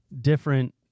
different